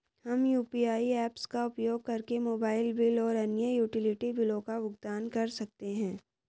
हम UPI apps का उपयोग करके मोबाइल बिल और अन्य यूटिलिटी बिलों का भुगतान कर सकते हैं